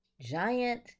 giant